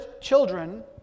children